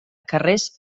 carrers